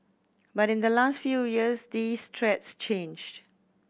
but in the last few years these threats changed